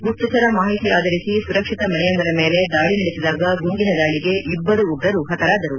ಗುವ್ತಚರ ಮಾಹಿತಿ ಆಧರಿಸಿ ಸುರಕ್ಷಿತ ಮನೆಯೊಂದರ ಮೇಲೆ ದಾಳಿ ನಡೆಸಿದಾಗ ಗುಂಡಿನ ದಾಳಿಗೆ ಇಬ್ಲರು ಉಗ್ರರು ಪತರಾದರು